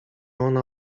ona